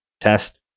test